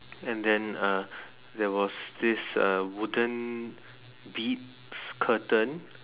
and then uh there was this uh wooden beads curtain